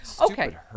Okay